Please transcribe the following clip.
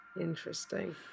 Interesting